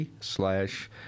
slash